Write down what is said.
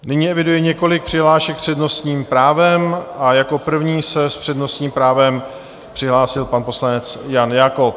Nyní eviduji několik přihlášek s přednostním právem a jako první se s přednostním právem přihlásil pan poslanec Jan Jakob.